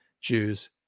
Jews